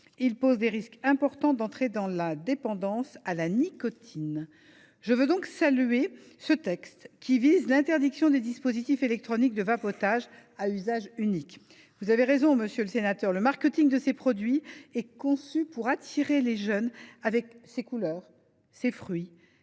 Ils posent des risques importants d’entrée dans la dépendance à la nicotine. Je veux donc saluer ce texte, qui vise à l’interdiction des dispositifs électroniques de vapotage à usage unique. Le marketing de ces produits est conçu pour attirer les jeunes, avec ses couleurs, ses parfums